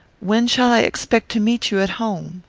when shall i expect to meet you at home?